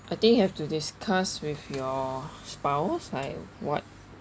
I think you have to discuss with your spouse like what